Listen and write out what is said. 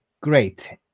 Great